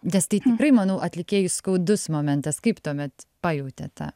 nes tai tikrai manau atlikėjui skaudus momentas kaip tuomet pajautėt tą